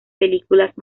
películas